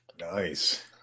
Nice